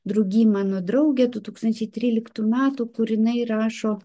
drugy mano drauge du tūkstančiai tryliktų metų kur iniai rašo